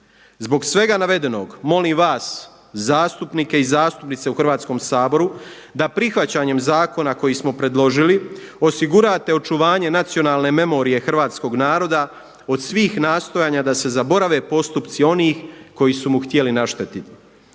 Zbog svega navedenog molim vas zastupnike i zastupnice u Hrvatskom saboru da prihvaćanjem zakona koji smo predložili osigurate očuvanje nacionalne memorije hrvatskog naroda od svih nastojanja da se zaborave postupci onih koji su mu htjeli naštetiti.